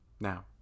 Now